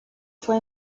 fue